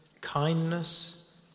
kindness